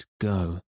go